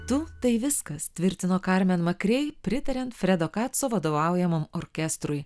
tu tai viskas tvirtino karmen makrei pritariant fredo kaco vadovaujamam orkestrui